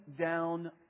down